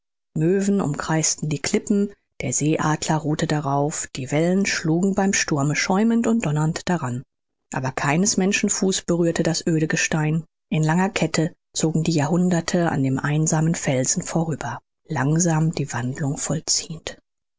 möven umkreisten die klippen der seeadler ruhte darauf die wellen schlugen beim sturme schäumend und donnernd daran aber keines menschen fuß berührte das öde gestein in langer kette zogen die jahrhunderte an dem einsamen felsen vorüber langsam die wandlung vollziehend